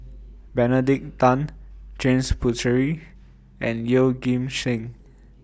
Benedict Tan James Puthucheary and Yeoh Ghim Seng